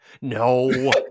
No